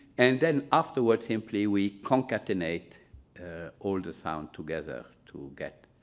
and then afterwards simply we concatenate all the sound together to get